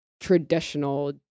traditional